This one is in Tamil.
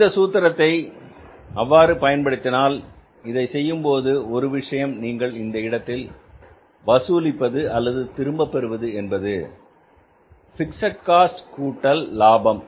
இந்த சூத்திரத்தை அவ்வாறு பயன்படுத்தினால் இதை செய்யும்போது ஒரு விஷயம் நீங்கள் இந்த இடத்தில் வசூலிப்பது அல்லது திரும்பப் பெறுவது என்பது பிக்ஸட் காஸ்ட் கூட்டல் லாபம்